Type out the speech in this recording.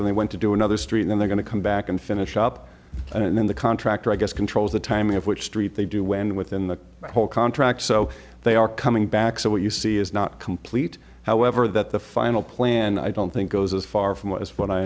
that they went to do another street then they're going to come back and finish up and then the contractor i guess controls the timing of which street they do when within the whole contract so they are coming back so what you see is not complete however that the final plan i don't think goes as far from what i